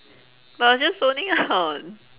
but I was just zoning out